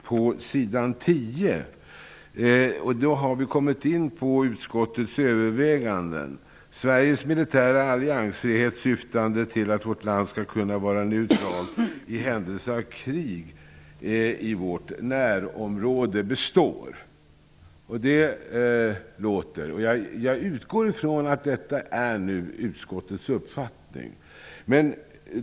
På s. 10 under Utskottets överväganden heter det: ''Sveriges militära alliansfrihet syftande till att vårt land skall kunna vara neutralt i händelse av krig i vårt närområde består.'' Det låter det! Jag utgår från att detta är utskottets uppfattning.